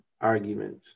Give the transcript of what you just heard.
arguments